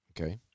Okay